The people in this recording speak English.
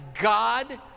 God